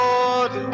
Lord